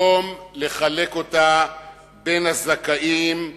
ובמקום לחלק אותה בין הזכאים,